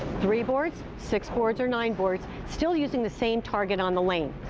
three boards, six boards or nine boards, still using the same target on the lane.